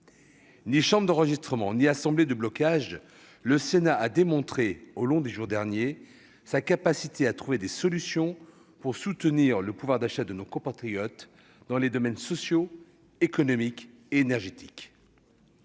Ni chambre d'enregistrement ni assemblée de blocage, le Sénat a montré tout au long de ces derniers jours sa capacité à trouver des solutions pour soutenir le pouvoir d'achat de nos compatriotes, dans les domaines social, économique et énergétique.